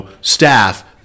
staff